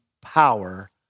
power